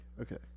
okay